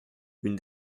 une